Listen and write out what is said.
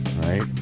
right